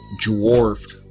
dwarfed